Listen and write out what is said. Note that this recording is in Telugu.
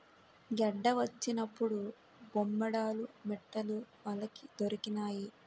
గెడ్డ వచ్చినప్పుడు బొమ్మేడాలు మిట్టలు వలకి దొరికినాయి